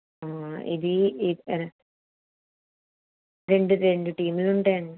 ఇది రెండు రెండు టీములు ఉంటాయి అండి